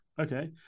Okay